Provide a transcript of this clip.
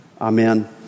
Amen